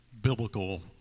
biblical